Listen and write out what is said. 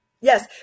Yes